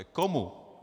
Komu?